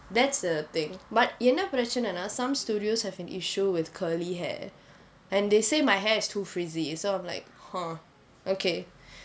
that's the thing but என்ன பிரச்சனைனா:enna pirachanainaa some studios have an issue with curly hair and they say my hair is too frizzy so I'm like !huh! okay